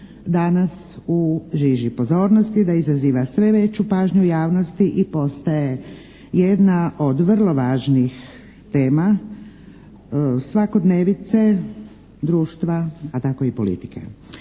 danas u žiži pozornosti, da izaziva sve veću pažnju javnosti i postaje jedna od vrlo važnih tema svakodnevice društva, a tako i politike.